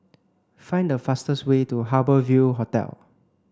find the fastest way to Harbour Ville Hotel